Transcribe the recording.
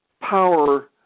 power